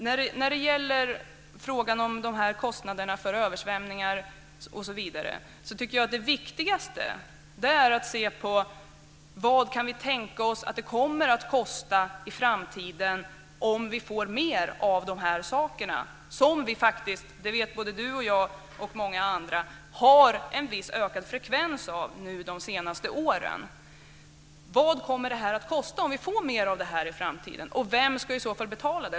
När det gäller frågan om kostnaderna för översvämningar osv. tycker jag att det viktigaste är att se på vad det kan tänkas kosta i framtiden om vi får mer av de här sakerna, som faktiskt - det vet både Lars Lindblad och jag och många andra - har fått en viss ökad frekvens de senaste åren. Vad kommer det att kosta om vi får mer av detta i framtiden, och vem ska i så fall betala?